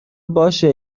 باشه